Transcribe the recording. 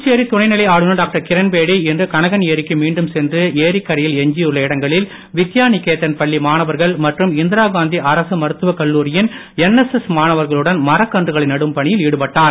புதுச்சேரி துணைநிலைஆளுநர் டாக்டர் கிரண்பேடி இன்று கனகன் ஏரிக்கு மீண்டும் சென்று ஏரிக்கரையில் எஞ்சியுள்ள இடங்களில் வித்யா நிகேதன் பள்ளி மாணவர்கள் மற்றும் இந்திரா காந்தி அரசு மருத்துவக் கல்லூரியின் என்எஸ்எஸ் மாணவர்களுடன் மரக்கன்றுகளை நடும் பணியில் ஈடுபட்டார்